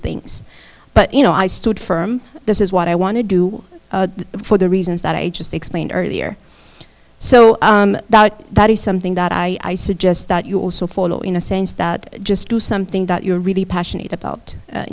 things but you know i stood firm this is what i want to do for the reasons that i just explained earlier so that is something that i suggest that you also follow in a sense that just do something that you're really passionate about